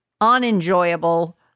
unenjoyable